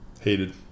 Hated